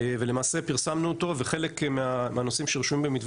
ולמעשה פרסמנו אותו וחלק מהנושאים שרשומים במתווה